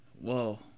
whoa